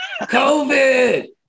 COVID